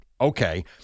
Okay